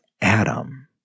Adam